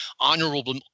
Honorable